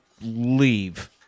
leave